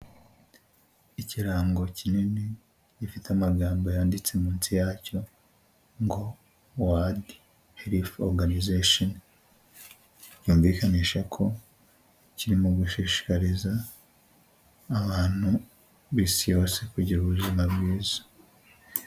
Ikirango kinini gifite amagambo yanditse munsi yacyo, ngo wadi herifu oruganizesheni, byumvikanisha ko kirimo gushishikariza abantu b'isi yose kugira ubuzima bwiza.